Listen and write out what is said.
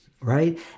right